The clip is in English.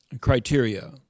criteria